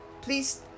please